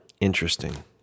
Interesting